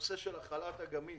ליצור שיח מול התושבים,